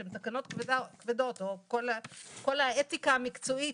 שהן תקנות כבדות או כל האתיקה מקצועית